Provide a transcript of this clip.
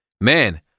Man